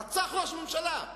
רצח ראש ממשלה.